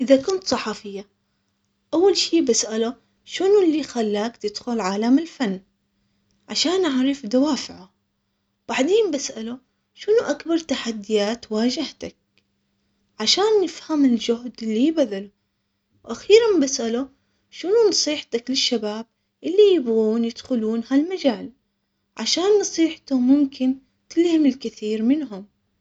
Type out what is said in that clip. اذا كنت صحفية اول شي بسأله شنو اللي خلاك تدخل عالم الفن? عشان اعرف دوافعه بعدين بسأله شنو اكبر تحديات واجهتك? عشان نفهم الجهد اللي بذله واخيرا بسأله شنو نصيحتك للشباب اللي يبغون يدخلون هالمجال عشان نصيحته ممكن تلهم الكثير منهم.